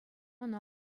ӑна